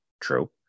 True